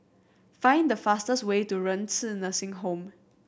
find the fastest way to Renci Nursing Home